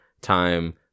time